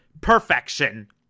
perfection